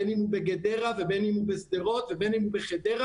בין אם בגדרה ובין אם בשדרות או בחדרה,